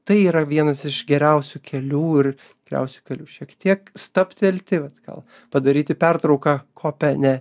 tai yra vienas iš geriausių kelių ir tikriausiai galiu šiek tiek stabtelti vat gal padaryti pertrauką kope ne